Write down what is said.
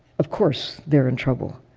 of course they're in trouble.